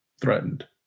threatened